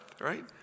right